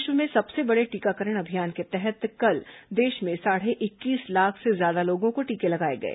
विश्व में सबसे बड़े टीकाकरण अभियान के तहत कल देश में साढ़े इक्कीस लाख से ज्यादा लोगों को टीके लगाये गए